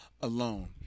alone